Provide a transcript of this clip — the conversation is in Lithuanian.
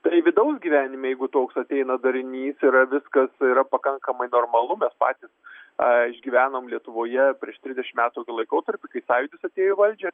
tai vidaus gyvenime jeigu toks ateina darinys yra viskas yra pakankamai normalu mes patys a išgyvenom lietuvoje prieš trisdešim metų laikotarpį kai sąjūdis atėjo į valdžią